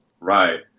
right